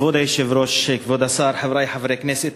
כבוד היושב-ראש, כבוד השר, חברי חברי הכנסת